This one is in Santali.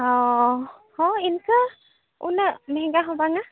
ᱦᱚᱸ ᱦᱚᱸ ᱤᱱᱠᱟᱹ ᱩᱱᱟᱹᱜ ᱢᱮᱸᱦᱜᱟ ᱦᱚᱸ ᱵᱟᱝᱟ